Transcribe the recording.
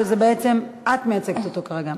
שבעצם את מייצגת אותו כרגע.